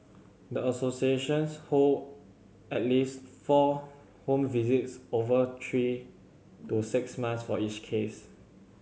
the associations hold at least four home visits over three to six months for each case